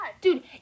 Dude